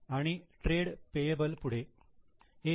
आणि trade payable पुढे ए